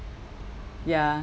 ya